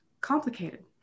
complicated